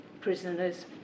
prisoners